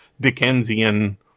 Dickensian